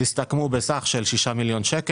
הסתכמו ב-6 מיליון ₪.